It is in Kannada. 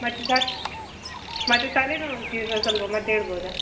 ಮತ್ತೆ ಡಾಕ್ಟ್ ಮತ್ತೆ ತಲೆನೋವುಗೆ ಸ್ವಲ್ಪ ಮದ್ದು ಹೇಳ್ಬೌದ